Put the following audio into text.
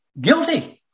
guilty